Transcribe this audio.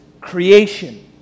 creation